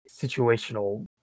situational